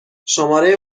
شماره